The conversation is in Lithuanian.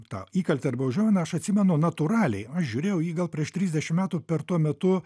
tą įkaltį arba užuominą aš atsimenu natūraliai aš žiūrėjau jį gal prieš trisdešim metų per tuo metu